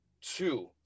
two